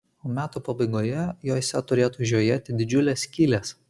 o metų pabaigoje juose turėtų žiojėti didžiulės skylės